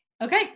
okay